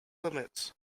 limits